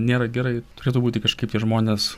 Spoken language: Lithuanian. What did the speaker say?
nėra gerai turėtų būti kažkaip tie žmonės